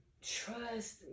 trust